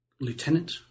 Lieutenant